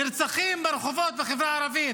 נרצחים ברחובות ובחברה הערבית.